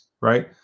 right